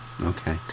Okay